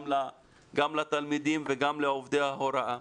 גם לתלמידים וגם לעובדי ההוראה.